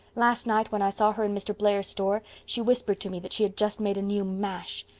last night when i saw her in mr. blair's store she whispered to me that she'd just made a new mash.